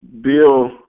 Bill